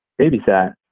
babysat